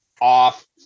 off